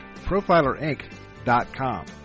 Profilerinc.com